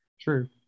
True